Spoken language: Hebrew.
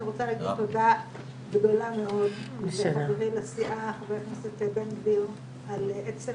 אני רוצה להגיד תודה גדולה מאוד לחברי לסיעה חבר הכנסת בן גביר על עצם